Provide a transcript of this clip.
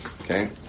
Okay